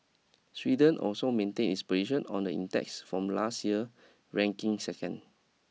Sweden also maintain its position on the index from last year ranking second